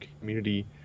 community